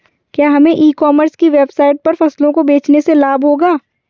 क्या हमें e commerce की वेबसाइट पर फसलों को बेचने से लाभ होगा?